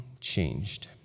changed